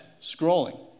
Scrolling